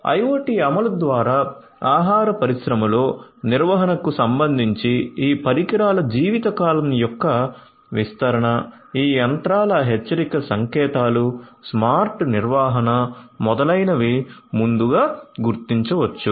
IoT అమలు ద్వారా ఆహార పరిశ్రమలో నిర్వహణకు సంబంధించి ఈ పరికరాల జీవితకాలం యొక్క విస్తరణ ఈ యంత్రాల హెచ్చరిక సంకేతాలు స్మార్ట్ నిర్వహణ మొదలైనవి ముందుగా గుర్తించవచ్చు